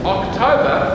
October